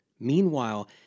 Meanwhile